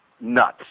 nuts